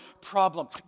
problem